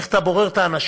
איך אתה בורר את האנשים?